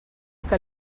que